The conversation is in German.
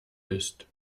ist